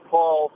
Paul